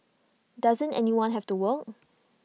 doesn't anyone have to work